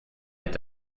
est